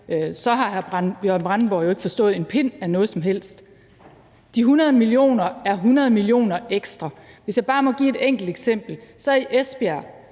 så har hr. Bjørn Brandenborg jo ikke forstået en pind af noget som helst. De 100 mio. kr. er 100 mio. kr. ekstra. Lad mig bare give et enkelt eksempel. I Esbjerg